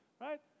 right